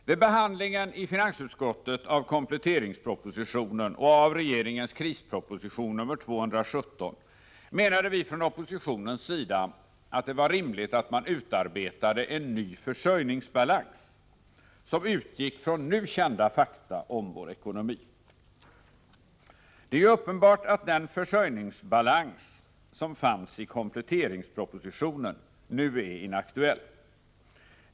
Vid behandlingen i finansutskottet av kompletteringspropositionen och regeringens krisproposition nr 217 menade vi från oppositionens sida, att det var rimligt att man utarbetade en ny försörjningsbalans som utgick från nu kända fakta om vår ekonomi. Det är ju uppenbart att den försörjningsbalans som fanns i kompletteringspropositionen nu är inaktuell.